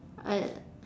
I